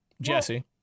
Jesse